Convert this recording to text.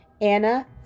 Anna